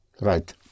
Right